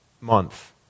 month